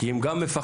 כי הם גם מפחדים.